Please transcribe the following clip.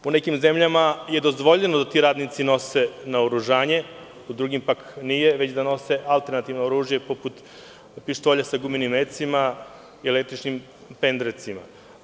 U nekim zemljama je dozvoljeno da ti radnici nose naoružanje, dok u drugim nije, već da nose alternativno oružje, poput pištolja sa gumenim mecima i električnim pendrecima.